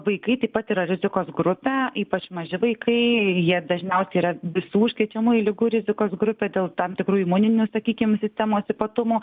vaikai taip pat yra rizikos grupė ypač maži vaikai jie dažniausiai yra visų užkrečiamųjų ligų rizikos grupė dėl tam tikrų imuninės sakykim sistemos ypatumų